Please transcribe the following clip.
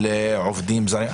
על עובדים זרים,